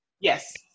Yes